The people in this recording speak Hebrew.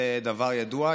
זה דבר ידוע.